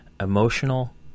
emotional